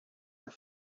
are